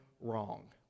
wrong